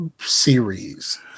series